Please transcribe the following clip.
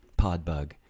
Podbug